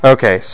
Okay